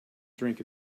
drink